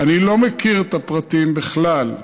אני לא מכיר את הפרטים בכלל.